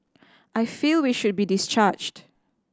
I feel we should be discharged